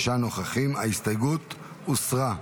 ההסתייגות הוסרה.